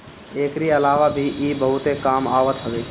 एकरी अलावा भी इ बहुते काम आवत हवे